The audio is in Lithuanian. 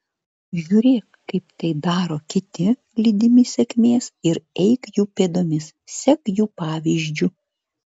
žiūrėk kaip tai daro kiti lydimi sėkmės ir eik jų pėdomis sek jų pavyzdžiu